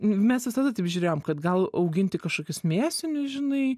mes visada taip žiūrėjom kad gal auginti kažkokius mėsinius žinai